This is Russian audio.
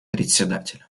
председателя